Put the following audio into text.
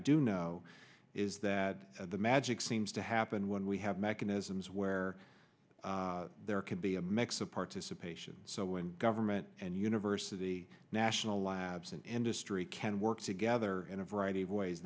do know is that the magic seems to happen when we have mechanisms where there can be a mix of participation so when government and university national labs and industry can work together in a variety of ways